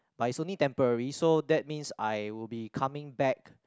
but is only temporary so that means I will be coming back